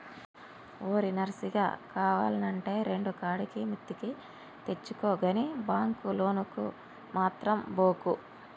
ఓరి నర్సిగా, కావాల్నంటే రెండుకాడికి మిత్తికి తెచ్చుకో గని బాంకు లోనుకు మాత్రం బోకు